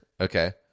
Okay